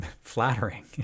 flattering